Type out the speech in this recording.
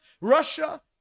Russia